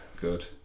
Good